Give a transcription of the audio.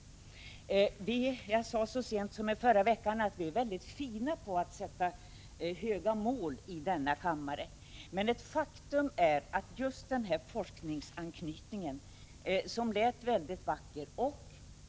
Jag sade så sent som i förra veckan att vi i denna kammare är väldigt bra på att sätta höga mål, och just detta med forskningsanknytning lät ju mycket vackert.